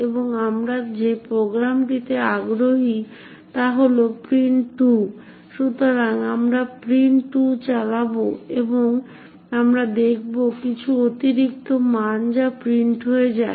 এবং আমরা যে প্রোগ্রামটিতে আগ্রহী তা হল print2 সুতরাং আমরা print2 চালাব এবং আমরা দেখব কিছু অতিরিক্ত মান যা প্রিন্ট হয়ে যায়